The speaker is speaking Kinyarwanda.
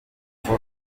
itatu